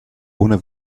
ohne